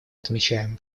отмечаем